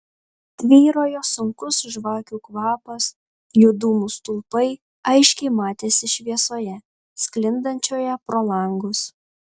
tvyrojo sunkus žvakių kvapas jų dūmų stulpai aiškiai matėsi šviesoje sklindančioje pro langus